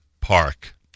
Park